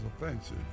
offensive